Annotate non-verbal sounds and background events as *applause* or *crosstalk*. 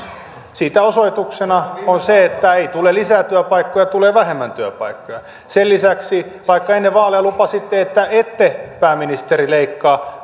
siitä osoituksena on se että ei tule lisää työpaikkoja tulee vähemmän työpaikkoja sen lisäksi vaikka ennen vaaleja lupasitte että ette pääministeri leikkaa *unintelligible*